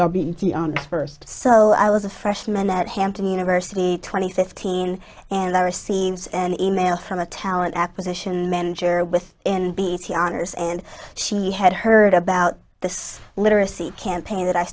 about being first so i was a freshman at hampton university twenty fifteen and i received an email from a talent acquisition manager with in bt honors and she had heard about this literacy campaign that i